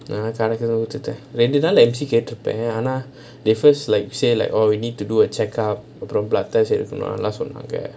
நானும் கேக்கக்கூடாதுனு விட்டுட்டேன் ரெண்டு நாள் கேட்டு இருப்பேன்:naanum kaekkakoodaathunu vittuttaen rendu naal kaettu iruppaen at first like say like oh we need to do a check up blood test எடுக்கணும் சொன்னாங்க:edukanum sonaanga